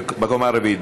בקומה הרביעית.